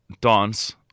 dance